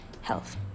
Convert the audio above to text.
health